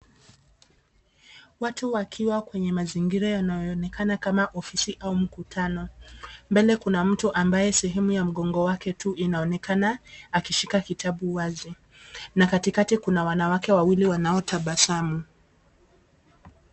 Watu wakiwa kwenye mazingira yanayoonekana kama ofisi au mkutano. Mbele kuna mtu ambaye sehemu ya mgongo wake tu inaonekana, akishika kitabu wazi. Na katikati kuna wanawake wawili wanaotabasamu.